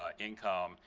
ah income,